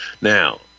Now